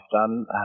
done